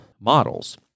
models